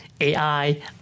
AI